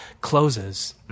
closes